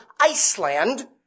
Iceland